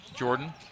Jordan